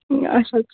اَچھا حظ